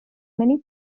many